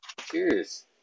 Cheers